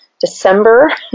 December